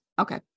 Okay